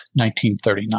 1939